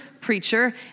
preacher